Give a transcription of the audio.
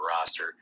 roster